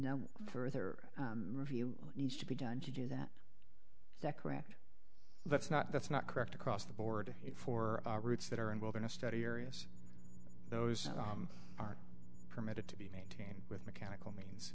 no further review needs to be done to do that is that correct that's not that's not correct across the board for routes that are involved in a study areas those are permitted to be made with mechanical means